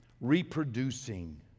reproducing